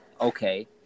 okay